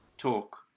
talk